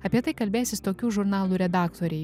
apie tai kalbėsis tokių žurnalų redaktoriai